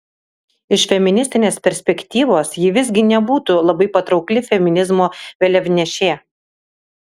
iš feministinės perspektyvos ji visgi nebūtų labai patraukli feminizmo vėliavnešė